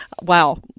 Wow